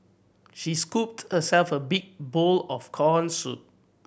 she scooped herself a big bowl of corn soup